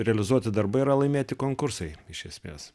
realizuoti darbai yra laimėti konkursai iš esmės